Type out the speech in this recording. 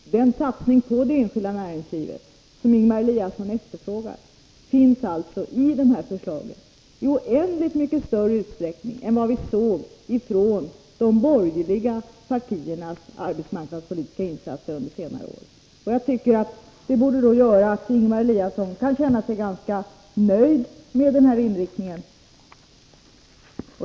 Den satsning på det enskilda näringslivet som Ingemar Eliasson efterfrågar finns alltså med i det förslaget i oändligt mycket större utsträckning än vad vi såg i de borgerliga partiernas arbetsmarknadspolitiska insatser under senare år. Detta borde göra att Ingemar Eliasson kan känna sig ganska nöjd med den här inriktningen.